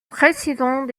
président